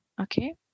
okay